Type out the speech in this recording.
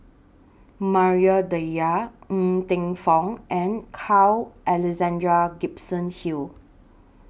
Maria Dyer Ng Teng Fong and Carl Alexander Gibson Hill